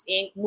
Inc